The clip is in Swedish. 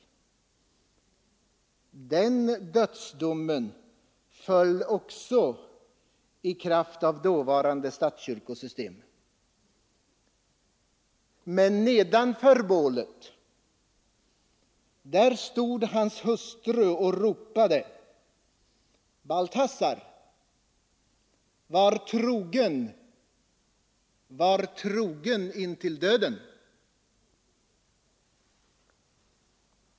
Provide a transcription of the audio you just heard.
Också den dödsdomen föll i kraft av dåvarande statskyrkosystem. Nedanför bålet stod hans hustru och ropade: Balthasar, var trogen intill döden!